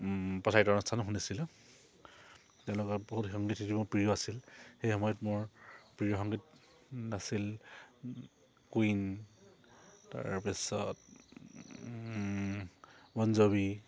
অনুষ্ঠানো শুনিছিলোঁ তেওঁলোকক বহুত সংগীত সেইটো মোৰ প্ৰিয় আছিল সেই সময়ত মোৰ প্ৰিয় সংগীত আছিল কুইন তাৰপিছত বন জোভী